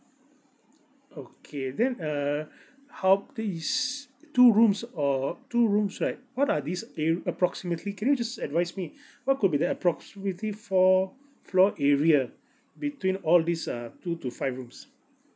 okay then err how big is it two rooms or two rooms right what are these ar~ approximately can just advise me what could be their approximately floor floor area between all these uh two to five rooms